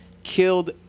Killed